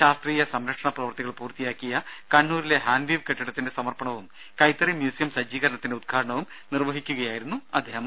ശാസ്ത്രീയ സംരക്ഷണ പ്രവൃത്തികൾ പൂർത്തിയാക്കിയ കണ്ണൂരിലെ ഹാൻവീവ് കെട്ടിടത്തിന്റെ സമർപ്പണവും കൈത്തറി മ്യൂസിയം സജ്ജീകരണത്തിന്റെ ഉദ്ഘാടനവും നിർവ്വഹിക്കുകയായിരുന്നു അദ്ദേഹം